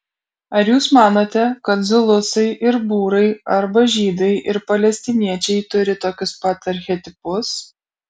ar jūs manote kad zulusai ir būrai arba žydai ir palestiniečiai turi tokius pat archetipus